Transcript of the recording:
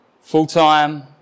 full-time